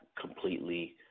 completely